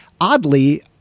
oddly